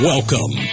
Welcome